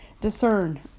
discern